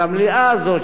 את המליאה הזו,